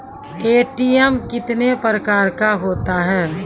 ATM कितने प्रकार का होता हैं?